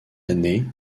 année